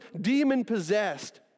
demon-possessed